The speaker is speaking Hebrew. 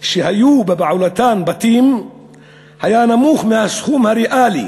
שבבעלותן היה בתים היה נמוך מהסכום הריאלי